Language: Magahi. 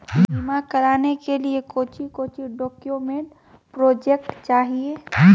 बीमा कराने के लिए कोच्चि कोच्चि डॉक्यूमेंट प्रोजेक्ट चाहिए?